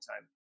time